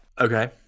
Okay